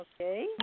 okay